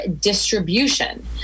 distribution